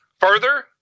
Further